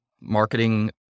marketing